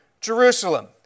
Jerusalem